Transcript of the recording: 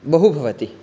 बहु भवति